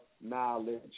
knowledge